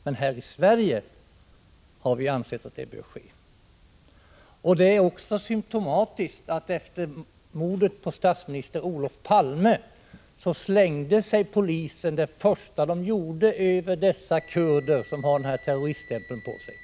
Men här i Sverige anser vi således att den är det. Det är också symtomatiskt att polisen det första den gjorde efter mordet på statsminister Olof Palme slängde sig över dessa kurder som har terroriststämpeln på sig.